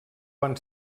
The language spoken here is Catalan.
van